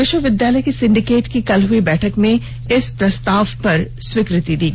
विष्वविद्यालय की सिंडिकेट की कल हुई बैठक में इस प्रस्ताव पर स्वीकृति प्रदान की गयी